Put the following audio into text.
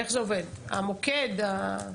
המוקד?